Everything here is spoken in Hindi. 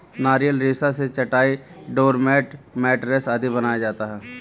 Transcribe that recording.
नारियल रेशा से चटाई, डोरमेट, मैटरेस आदि बनाया जाता है